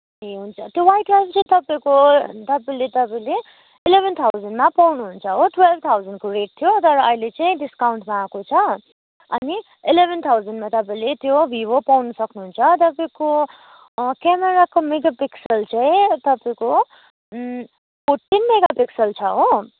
ए हुन्छ त्यो Y twelve चाहिँ तपाईँको तपाईँले तपाईँले इलेभेन थाउजन्डमा पाउनुहुन्छ हो टुवेल्भ थाउजन्डको रेट थियो तर अहिले चाहिँ डिस्काउन्टमा आएको छ अनि इलेभेन थाउजन्डमा तपाईँले त्यो भिभो पाउन सक्नुहुन्छ तर तपाईँको क्यामेराको मेगापिक्सल चाहिँ तपाईँको फोर्टिन मेगापिक्सल छ हो